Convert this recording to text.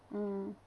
mm